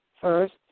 first